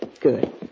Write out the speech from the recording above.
Good